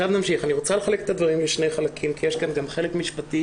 אני רוצה לחלק את הדברים לשני חלקים כי יש כאן גם חלק משפטי